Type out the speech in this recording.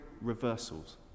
reversals